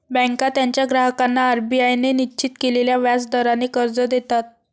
बँका त्यांच्या ग्राहकांना आर.बी.आय ने निश्चित केलेल्या व्याज दराने कर्ज देतात